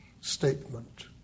statement